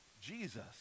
Jesus